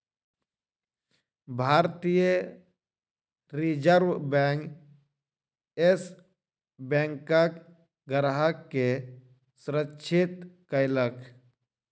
भारतीय reserve bank, yes बैंकक ग्राहक के सुरक्षित कयलक